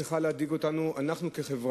זה צריך להדאיג אותנו כחברה.